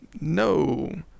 No